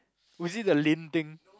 was it the thing